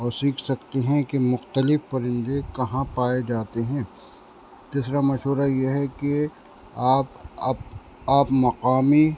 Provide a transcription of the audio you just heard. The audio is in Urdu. اور سیکھ سکتے ہیں کہ مختلف پرندے کہاں پائے جاتے ہیں تیسرا مشورہ یہ ہے کہ آپ آپ مقامی